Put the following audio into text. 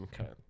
Okay